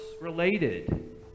related